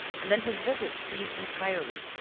and then his visits ceased entirely.